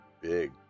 big